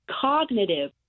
cognitive